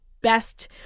best